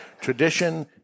tradition